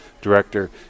director